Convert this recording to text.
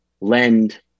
lend